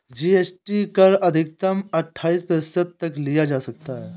GST कर अधिकतम अठाइस प्रतिशत तक लिया जा सकता है